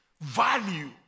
value